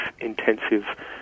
intensive